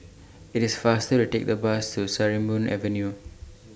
IT IS faster to Take The Bus to Sarimbun Avenue